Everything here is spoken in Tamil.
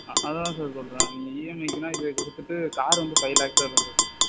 அது தான் சார் சொல்கிறேன் நீங்கள் இஎம்ஐக்குனால் இதை கொடுத்துட்டு கார் வந்து ஃபைவ் லேக்ஸ் வரும் சார்